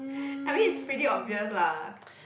I mean it's pretty obvious lah